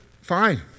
fine